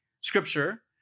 scripture